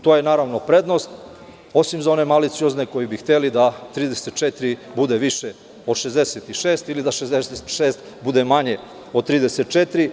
To je naravno prednost, osim za one maliciozne koji bi hteli da 34 bude više od 66 ili da 66 bude manje od 34.